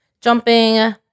jumping